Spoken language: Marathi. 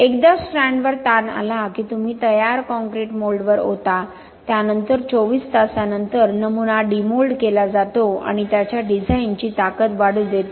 एकदा स्ट्रँडवर ताण आला की तुम्ही तयार कॉंक्रिट मोल्डवर ओता त्यानंतर 24 तासांनंतर नमुना डी मोल्ड केला जातो आणि त्याच्या डिझाइनची ताकद वाढू देते